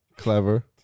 clever